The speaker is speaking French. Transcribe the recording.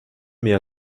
mais